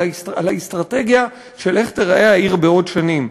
אלא על האסטרטגיה של איך תיראה העיר בעוד שנים.